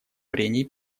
прений